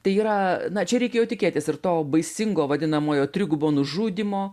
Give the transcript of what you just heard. tai yra na čia reikėjo tikėtis ir to baisingo vadinamojo trigubo nužudymo